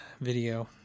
video